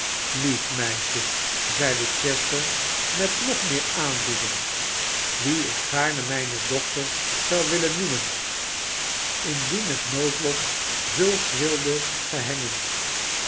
lief meisje zeide chester met nog meer aandoening wie ik gaarne mijne dochter zou willen noemen indien het noodlot zulks wilde gehengen